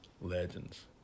legends